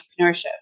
entrepreneurship